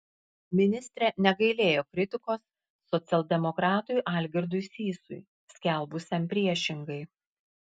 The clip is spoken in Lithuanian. ministrė negailėjo kritikos socialdemokratui algirdui sysui skelbusiam priešingai